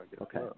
Okay